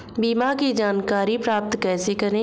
बीमा की जानकारी प्राप्त कैसे करें?